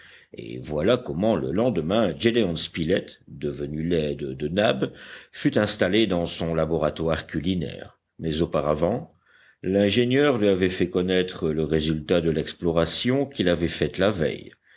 et voilà comment le lendemain gédéon spilett devenu l'aide de nab fut installé dans son laboratoire culinaire mais auparavant l'ingénieur lui avait fait connaître le résultat de l'exploration qu'il avait faite la veille